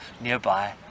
nearby